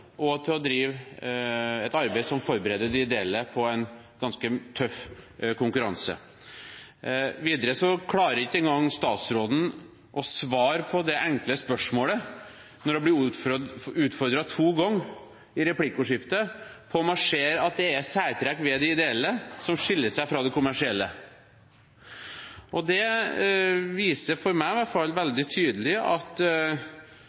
og til å drive et arbeid som forbereder de ideelle på en ganske tøff konkurranse. Videre klarer ikke engang statsråden å svare på det enkle spørsmålet når hun blir utfordret to ganger i replikkordskiftet, om hun ser at det er særtrekk ved de ideelle som skiller seg fra de kommersielle. Det viser for meg i hvert fall veldig tydelig at